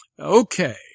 Okay